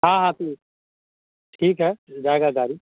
हाँ हाँ तो ठीक है मिल जाएगा गाड़ी